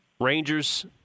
Rangers